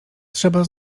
trzeba